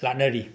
ꯂꯥꯠꯅꯔꯤ